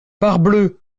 parbleu